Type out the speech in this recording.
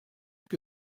que